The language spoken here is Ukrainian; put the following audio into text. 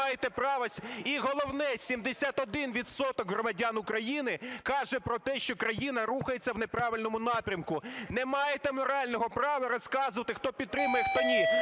І головне, 71 відсоток громадян України каже про те, що країна рухається в неправильному напрямку. Не маєте морального права розказувати, хто підтримує, хто ні.